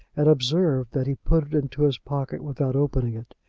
and observed that he put it into his pocket without opening it.